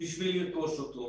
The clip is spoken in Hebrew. בשביל לרכוש אותו.